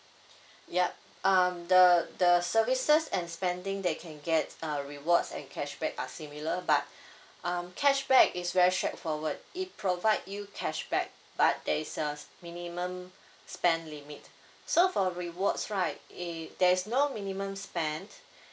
yup um the the services and spending that can get uh rewards and cashback are similar but um cashback is very straightforward it provide you cashback but there is a minimum spend limit so for rewards right eh there's no minimum spend